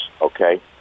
okay